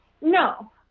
No